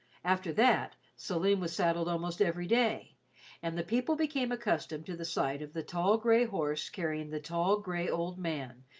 after that, selim was saddled almost every day and the people became accustomed to the sight of the tall grey horse carrying the tall grey old man,